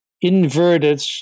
inverted